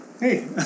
Hey